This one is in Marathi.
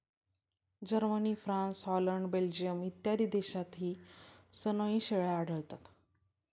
जर्मनी, फ्रान्स, हॉलंड, बेल्जियम इत्यादी देशांतही सनोई शेळ्या आढळतात